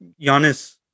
Giannis